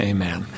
Amen